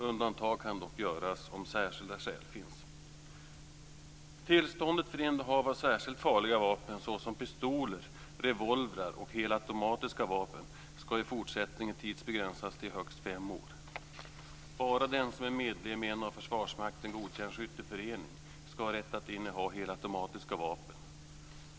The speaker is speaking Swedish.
Undantag kan dock göras om särskilda skäl finns. Bara den som är medlem i en av Försvarsmakten godkänd skytteförening ska ha rätt att inneha helautomatiska vapen.